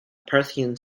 parthian